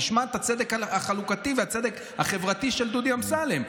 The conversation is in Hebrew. תשמע את הצדק החלוקתי והצדק החברתי של דודי אמסלם.